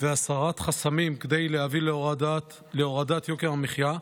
והסרת חסמים כדי להביא להורדת יוקר המחיה,